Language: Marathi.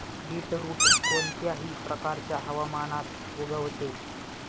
बीटरुट कोणत्याही प्रकारच्या हवामानात उगवते